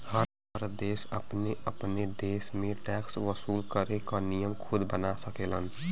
हर देश अपने अपने देश में टैक्स वसूल करे क नियम खुद बना सकेलन